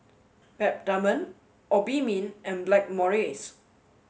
Peptamen Obimin and Blackmores